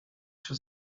się